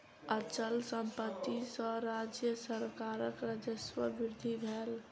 अचल संपत्ति सॅ राज्य सरकारक राजस्व में वृद्धि भेल